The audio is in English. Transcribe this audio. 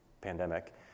pandemic